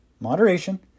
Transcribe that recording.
moderation